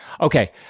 Okay